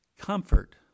comfort